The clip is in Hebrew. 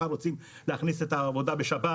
מחר רוצים להכניס את העבודה בשבת,